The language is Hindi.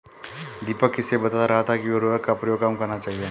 दीपक किसे बता रहा था कि उर्वरक का प्रयोग कम करना चाहिए?